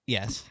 Yes